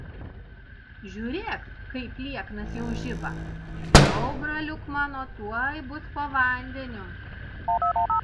žiūrėk kaip lieknas jau žiba jau braliuk mano tuoj bus po vandeniu